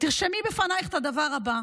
ותרשמי בפנייך את הדבר הבא: